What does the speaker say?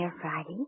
Friday